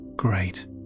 Great